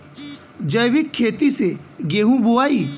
जैविक खेती से गेहूँ बोवाई